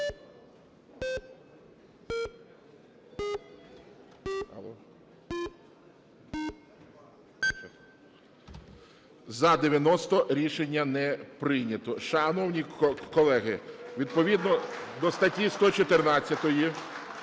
За-90 Рішення не прийнято. Шановні колеги, відповідно до статті 114